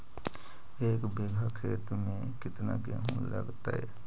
एक बिघा खेत में केतना गेहूं लगतै?